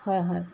হয় হয়